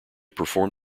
perform